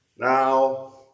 Now